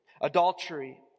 adultery